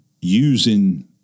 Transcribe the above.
using